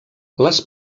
les